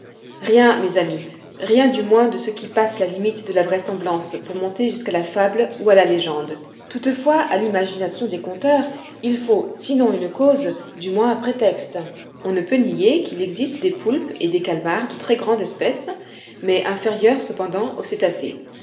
rien mes amis rien du moins de ce qui passe la limite de la vraisemblance pour monter jusqu'à la fable ou à la légende toutefois à l'imagination des conteurs il faut sinon une cause du moins un prétexte on ne peut nier qu'il existe des poulpes et des calmars de très grande espèce mais inférieurs cependant